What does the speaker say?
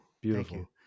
Beautiful